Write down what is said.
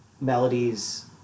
melodies